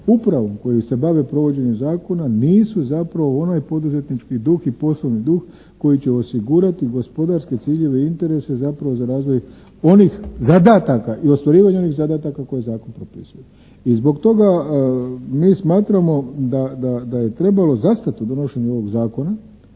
upravom, koji se bave provođenjem zakona nisu zapravo onaj poduzetnički duh i poslovni duh koji će osigurati gospodarske ciljeve i interese zapravo za razvoj onih zadataka i ostvarivanja onih zadataka koje zakon propisuje. I zbog toga mi smatramo da je trebalo zastati u donošenju ovog zakona